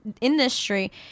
industry